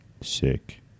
sick